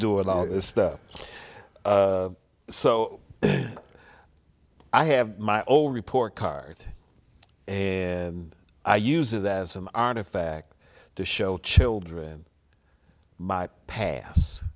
doing all this stuff so i have my own report card and i use it as an artifact to show children my pass